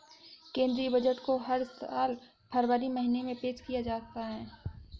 केंद्रीय बजट को हर साल फरवरी महीने में पेश किया जाता है